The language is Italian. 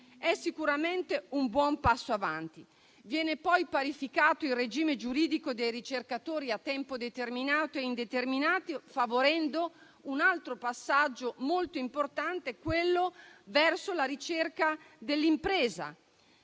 È sicuramente un buon passo avanti. Viene poi parificato il regime giuridico dei ricercatori a tempo determinato e indeterminato, favorendo un altro passaggio molto importante, quello verso la ricerca dell'impresa.